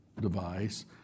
device